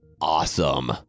awesome